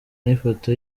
n’ifoto